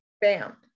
Bam